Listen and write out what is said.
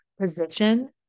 position